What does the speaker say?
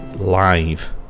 live